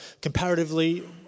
comparatively